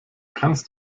kannst